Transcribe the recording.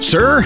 Sir